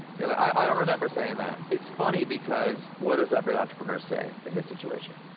you know, like i don't remember saying that. it's funny because what does every entrepreneur say in this situation?